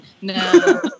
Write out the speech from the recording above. No